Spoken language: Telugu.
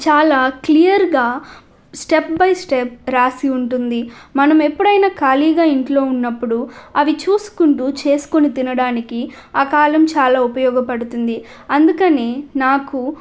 చాలా క్లియర్గా స్టెప్ బై స్టెప్ రాసి ఉంటుంది మనం ఎప్పుడైనా ఖాళీగా ఇంట్లో ఉన్నప్పుడు అవి చూసుకుంటు చేసుకొని తినడానికి ఆ కాలం చాలా ఉపయోగపడుతుంది అందుకని నాకు